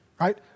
right